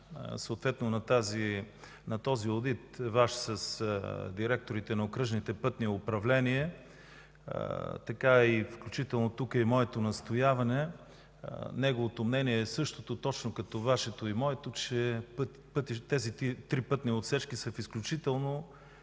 извършване на този Ваш одит с директорите на окръжните пътни управления, включително тук е и моето настояване. Неговото мнение е същото, както Вашето и моето, че тези три пътни отсечки са в изключително